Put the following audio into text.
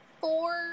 four